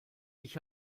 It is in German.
ich